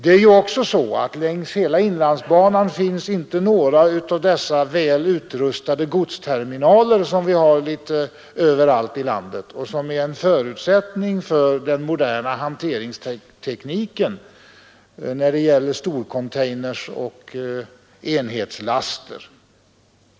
Det är ju också så att längs hela inlandsbanan finns inte några av dessa väl utrustade godsterminaler som vi har litet överallt i landet och som är en förutsättning för den moderna hanteringstekniken när det gäller storcontainers och enhetslaster.